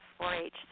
4-H